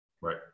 right